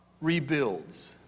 rebuilds